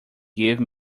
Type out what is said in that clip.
give